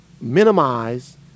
minimize